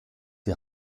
die